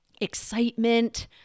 excitement